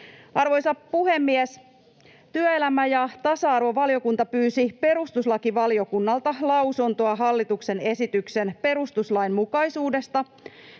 Arvoisa puhemies! Työelämä‑ ja tasa-arvovaliokunta pyysi perustuslakivaliokunnalta lausuntoa hallituksen esityksen perustuslainmukaisuudesta,